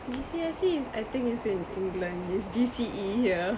G_C_S_E is I think is in England it's G_C_E here